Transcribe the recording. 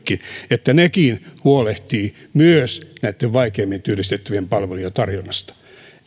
että nekin huolehtivat myös näitten vaikeimmin työllistettävien palvelujen tarjonnasta